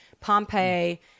Pompeii